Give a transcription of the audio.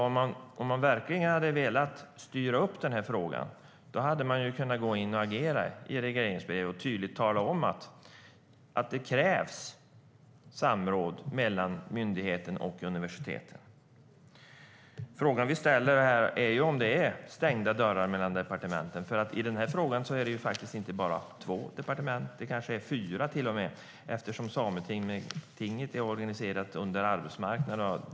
Om man verkligen hade velat styra upp frågan hade man kunnat agera och i regleringsbrevet tydligt tala om att det krävs samråd mellan myndigheten och universiteten. Frågan vi ställer här är om det är stängda dörrar mellan departementen. Det gäller ju inte bara två utan kanske till och med fyra departement, eftersom sametinget är organiserat under Arbetsmarknadsdepartementet.